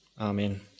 Amen